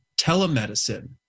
telemedicine